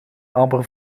amper